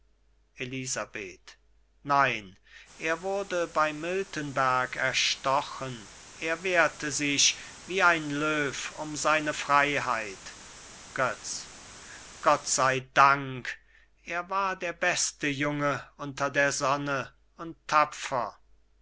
elisabeth nein er wurde bei miltenberg erstochen er wehrte sich wie ein löw um seine freiheit götz gott sei dank er war der beste junge unter der sonne und tapfer